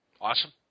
Awesome